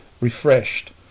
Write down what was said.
refreshed